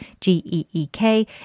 G-E-E-K